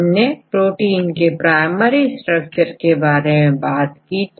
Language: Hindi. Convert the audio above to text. हमने प्रोटीन के प्रायमरी स्ट्रक्चर के बारे में बात की थी